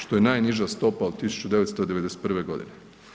Što je najniža stopa od 1991. godine.